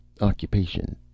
Occupation